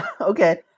Okay